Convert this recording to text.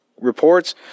reports